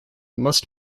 must